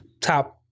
top